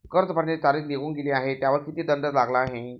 कर्ज भरण्याची तारीख निघून गेली आहे त्यावर किती दंड लागला आहे?